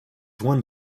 one